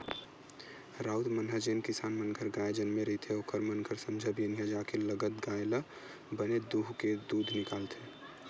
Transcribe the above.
राउत मन ह जेन किसान मन घर गाय जनमे रहिथे ओखर मन घर संझा बिहनियां जाके लगत गाय ल बने दूहूँके दूद निकालथे